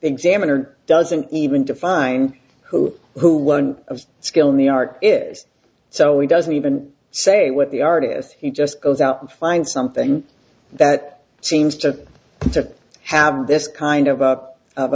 examiner doesn't even define who who one of skill in the art is so he doesn't even say what the art is he just goes out and find something that seems to have this kind of u